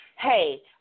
Hey